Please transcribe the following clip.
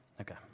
Okay